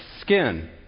skin